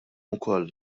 ukoll